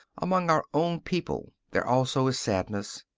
among our own people, there also is sadness,